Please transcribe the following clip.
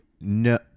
No